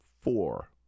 four